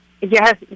Yes